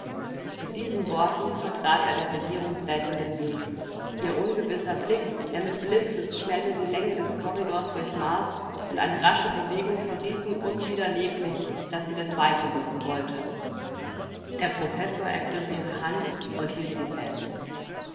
mit diesen worten vertrat er der regierungsrätin den weg ihr ungewisser blick der mit blitzesschnelle die länge des korridors durchmaß und eine rasche bewegung verrieten unwiderleglich daß sie das weite suchen wolle der professor ergriff ihre hand und hielt sie fest